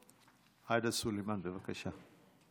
עאידה סלימאן, בבקשה.